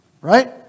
Right